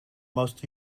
most